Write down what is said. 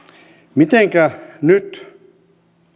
mitenkä nyt